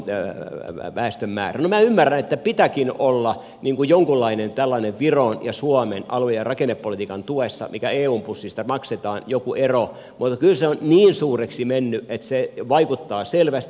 no minä ymmärrän että pitääkin olla jonkunlainen ero siinä viron ja suomen alue ja rakennepolitiikan tuessa mikä eun pussista maksetaan mutta kyllä se on niin suureksi mennyt että se vaikuttaa selvästi